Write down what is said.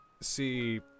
see